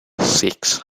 six